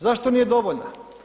Zašto nije dovoljna?